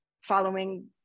following